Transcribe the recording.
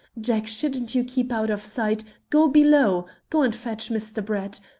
jack, shouldn't you keep out of sight go below go and fetch mr. brett.